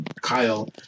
kyle